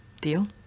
Deal